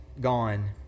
gone